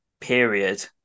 period